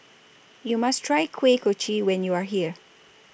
YOU must Try Kuih Kochi when YOU Are here